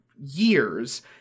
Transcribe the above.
years